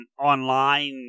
online